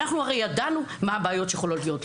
אנחנו הרי ידענו מה הבעיות שיכולות להיות.